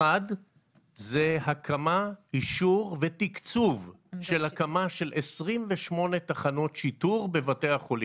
אחת זה אישור ותקצוב של הקמה של 28 תחנות שיטור בבתי החולים.